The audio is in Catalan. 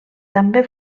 també